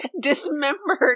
Dismembered